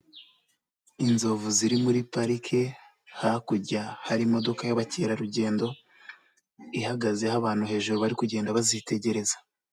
Inzovu ziri muri Parike hakurya hari imodoka y'abakerarugendo. Ihagazeho abantu hejuru bari kugenda bazitegereza.